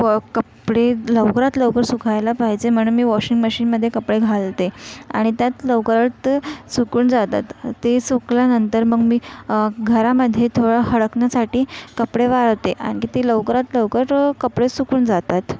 व कपडे लवकरात लवकर सुकायला पाहिजे म्हणून मी वॉशिंग मशीन मध्ये कपडे घालते आणि त्यात लवकर तर सुकून जातात ते सुकल्यानंतर मग मी घरामध्ये थोडं हडकण्यासाठी कपडे वाळवते आणखी ते लवकरात लवकर कपडे सुकून जातात